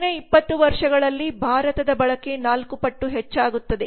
ಮುಂದಿನ 20 ವರ್ಷಗಳಲ್ಲಿ ಭಾರತದ ಬಳಕೆ ನಾಲ್ಕು ಪಟ್ಟು ಹೆಚ್ಚಾಗುತ್ತದೆ